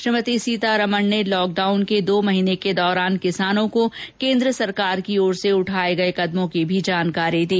श्रीमती सीतारमण ने लॉकडाउन के दो महीने के दौरान किसानों को केन्द्र सरकार की ओर से उठाए गए कदमों की भी जानकारी दी